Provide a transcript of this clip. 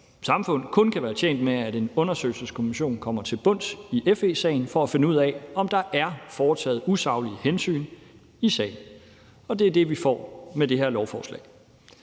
samfund kun kan være tjent med, at en undersøgelseskommission kommer til bunds i FE-sagen for at finde ud af, om der er foretaget usaglige hensyn i sagen, og det er det, vi får med det her lovforslag.